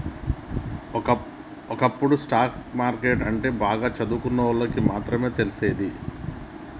ఒకప్పుడు stock market అంటే బాగా చదువుకున్నోళ్ళకి మాత్రమే తెలిసేది